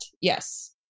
yes